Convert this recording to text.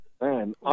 man